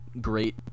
great